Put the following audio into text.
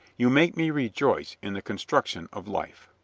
you make me rejoice in the construc tion of life.